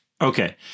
Okay